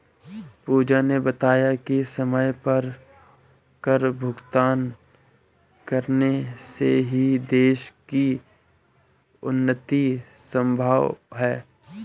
पूजा ने बताया कि समय पर कर भुगतान करने से ही देश की उन्नति संभव है